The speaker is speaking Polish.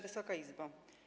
Wysoka Izbo!